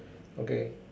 okay